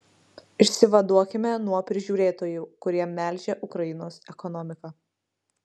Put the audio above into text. išsivaduokime nuo prižiūrėtojų kurie melžia ukrainos ekonomiką